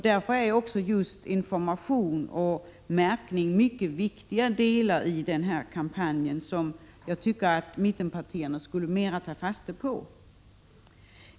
Där är just information och märkning viktiga delar, som jag tycker att mittenpartierna mera skulle ta fasta på.